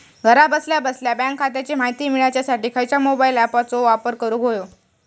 घरा बसल्या बसल्या बँक खात्याची माहिती मिळाच्यासाठी खायच्या मोबाईल ॲपाचो वापर करूक होयो?